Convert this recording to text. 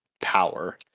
power